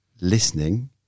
listening